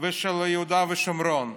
ושל יהודה ושומרון.